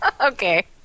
Okay